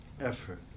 effort